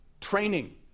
Training